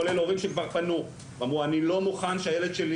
כולל הורים שכבר פנו ואמרו: 'אני לא מוכן שהילד שלי